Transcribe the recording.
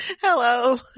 hello